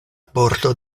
bordo